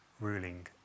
ruling